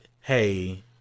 Hey